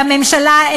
לממשלה,